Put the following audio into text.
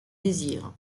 désire